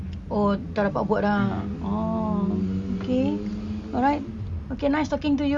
oh tak dapat buat ah oh okay alright okay nice talking to you